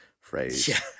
phrase